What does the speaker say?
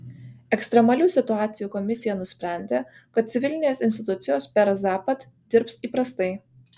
ekstremalių situacijų komisija nusprendė kad civilinės institucijos per zapad dirbs įprastai